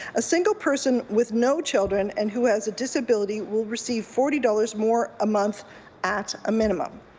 a single person with no children and who has a disability will receive forty dollars more a month at a minimum.